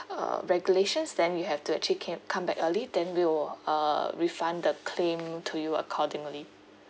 uh regulations then you have to actually came come back early then we will uh refund the claim to you accordingly